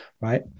right